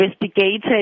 investigated